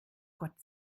gott